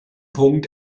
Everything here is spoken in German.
punkt